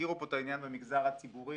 הזכירו פה את העניין במגזר הציבורי,